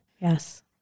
Yes